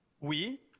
Oui